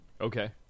Okay